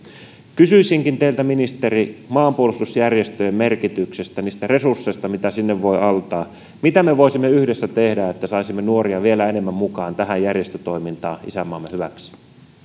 kysyisinkin teiltä ministeri maanpuolustusjärjestöjen merkityksestä niistä resursseista mitä sinne voi antaa mitä me voisimme yhdessä tehdä että saisimme nuoria vielä enemmän mukaan tähän järjestötoimintaan isänmaamme hyväksi